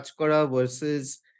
versus